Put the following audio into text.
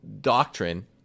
doctrine